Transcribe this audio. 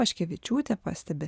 paškevičiūtė pastebi